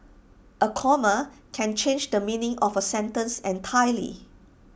A comma can change the meaning of A sentence entirely